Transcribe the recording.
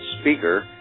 speaker